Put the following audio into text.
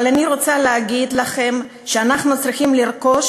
אבל אני רוצה להגיד לכם שאנחנו צריכים לרכוש